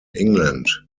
england